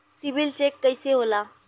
CIBIL check कइसे होला?